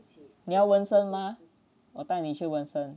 你要纹身吗我带你去纹身